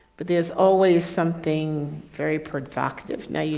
but there's always something very provocative now, yeah